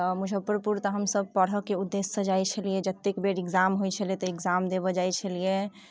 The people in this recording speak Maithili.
तऽ मुजफ्फरपुर तऽ हम सभ पढ़ऽके उद्देश्य से जाइत छलियै जत्तेक बेर एक्जाम होइत छलै तऽ एक्जाम देबऽ जाइत छलियै